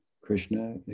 Krishna